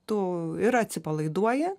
tu ir atsipalaiduoji